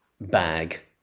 bag